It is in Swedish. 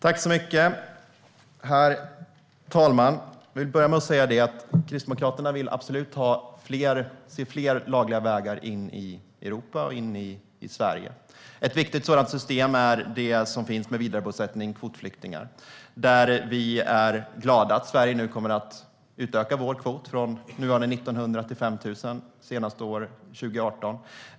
Herr talman! Jag vill börja med att säga att Kristdemokraterna absolut vill se fler lagliga vägar in i Europa och Sverige. Ett viktigt sådant system är vidarebosättning för kvotflyktingar. Vi är glada att Sverige nu kommer att utöka sin kvot från nuvarande 1 900 till 5 000 senast 2018.